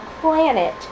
planet